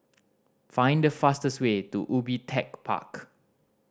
find the fastest way to Ubi Tech Park